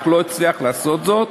אך לא הצליח לעשות זאת,